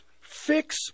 Fix